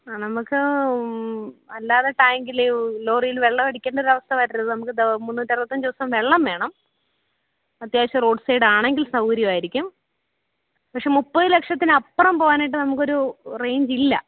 ആ നമുക്ക് അല്ലാതെ ടാങ്കിൽ ലോറിയിൽ വെള്ളമടിക്കേണ്ടൊരവസ്ഥ വരരുത് നമുക്ക് ദെ മുന്നൂറ്ററുപത്തഞ്ച് ദിവസോം വെള്ളം വേണം അത്യാവശ്യം റോഡ് സൈഡാണെങ്കിൽ സൗകര്യമായിരിക്കും പക്ഷെ മുപ്പത് ലക്ഷത്തിനപ്പുറം പോകാനായിട്ട് നമുക്കൊരു റേയ്ഞ്ചില്ല